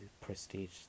prestige